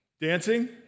Dancing